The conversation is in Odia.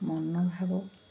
ମନ ଭାବ